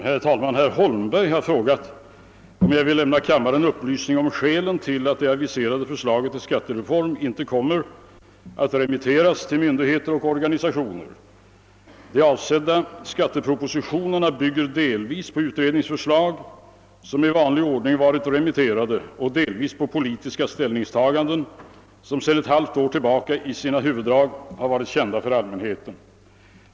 Herr talman! Herr Holmberg har frågat mig om jag vill lämna kammaren upplysning om skälen till att det aviserade förslaget till skattereform icke kommer att av Kungl. Maj:t remitteras till myndigheter och organisationer. De avsedda <skattepropositionerna bygger delvis på utredningsförslag, som i vanlig ordning varit remitterade, och delvis på politiska ställningstaganden som sedan ett halvt år tillbaka i sina huvuddrag varit kända för allmänheten.